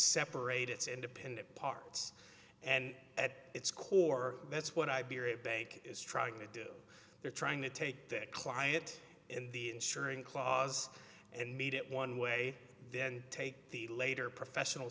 separate its independent parts and at its core that's what i berate bank is trying to do they're trying to take that client in the ensuring clause and meet it one way then take the later professional